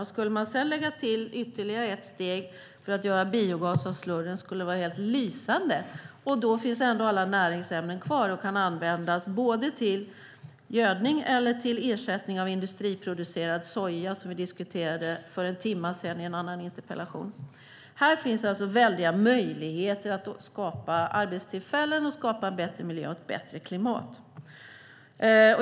Om man lägger till ytterligare ett steg för att göra biogas av slurryn skulle det vara helt lysande. Då finns ändå alla näringsämnen kvar och kan användas till gödning eller som ersättning för industriproducerad soja, som vi diskuterade för en timme sedan i en annan interpellationsdebatt. Det finns alltså stora möjligheter att skapa arbetstillfällen och att skapa en bättre miljö och ett bättre klimat.